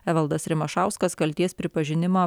evaldas rimašauskas kaltės pripažinimą